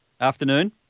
afternoon